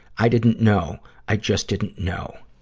i didn't know. i just didn't know.